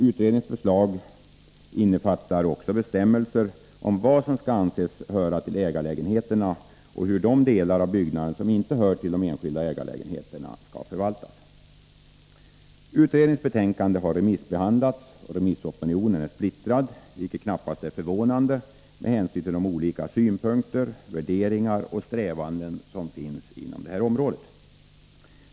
Utredningens förslag innefattar också bestämmelser om vad som skall anses höra till ägarlägenheterna och hur de delar av byggnaden som inte hör till de enskilda ägarlägenheterna skall förvaltas. Utredningens betänkande har remissbehandlats. Remissopinionen är splittrad, vilket knappast är förvånande med hänsyn till de olika synpunkter, värderingar och strävanden som finns inom detta område.